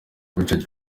richard